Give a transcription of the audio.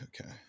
Okay